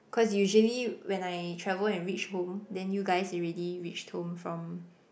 cause usually when I travel and reach home then you guys already reached home from